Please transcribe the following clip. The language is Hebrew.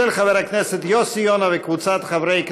של חבר הכנסת יוסי יונה וקבוצת חברי הכנסת.